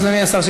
אדוני השר,